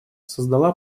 создала